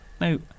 No